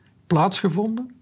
plaatsgevonden